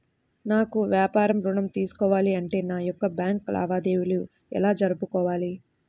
నాకు వ్యాపారం ఋణం తీసుకోవాలి అంటే నా యొక్క బ్యాంకు లావాదేవీలు ఎలా జరుపుకోవాలి?